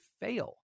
fail